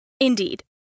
Indeed